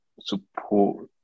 support